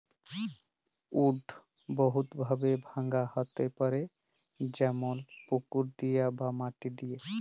weed বহুত ভাবে ভাঙা হ্যতে পারে যেমল পুকুর দিয়ে বা মাটি দিয়ে